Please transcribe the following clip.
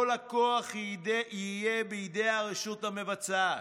כל הכוח יהיה בידי הרשות המבצעת.